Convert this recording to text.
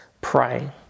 pray